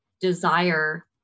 desire